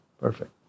Perfect